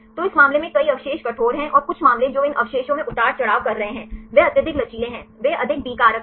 तो इस मामले में कई अवशेष कठोर हैं और कुछ मामले जो वे इन अवशेषों में उतार चढ़ाव कर रहे हैं वे अत्यधिक लचीले हैं वे अधिक बी कारक हैं